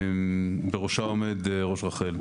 בראשה עומד ראש רח"ל.